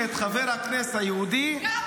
יש ארבעה ח"כים ערבים ויש חבר כנסת יהודי אחד.